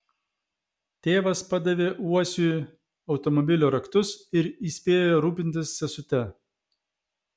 tėvas padavė uosiui automobilio raktus ir įspėjo rūpintis sesute